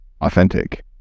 authentic